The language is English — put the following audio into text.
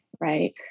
right